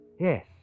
Yes